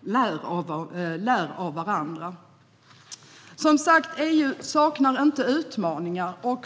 lär av varandra. EU saknar som sagt inte utmaningar.